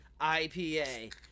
IPA